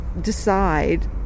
decide